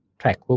track